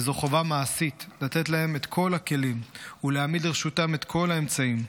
וזו חובה מעשית לתת להם את כל הכלים ולהעמיד לרשותם את כל האמצעים.